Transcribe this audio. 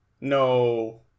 No